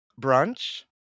Brunch